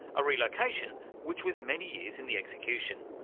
a relocation which was many years in the execution.